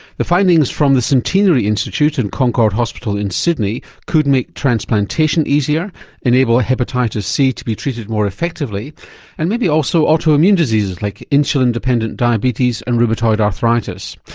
the findings from the centenary institute and concord hospital in sydney could make transplantation easier enable ah hepatitis c to be treated more effectively and maybe also autoimmune diseases like insulin dependent diabetes and rheumatoid arthritis.